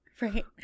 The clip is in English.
Right